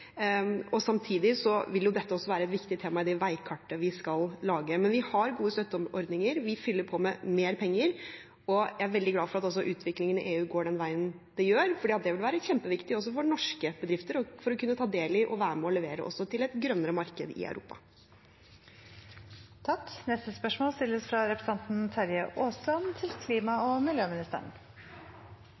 Samtidig vil dette være et viktig tema i det veikartet vi skal lage. Men vi har gode støtteordninger. Vi fyller på med mer penger, og jeg er veldig glad for at også utviklingen i EU går den veien det gjør, for det vil være kjempeviktig også for norske bedrifter for å kunne ta del i og være med og levere til et grønnere marked i Europa. «NOAH henvendte seg 15. september til Miljødirektoratet med forslag til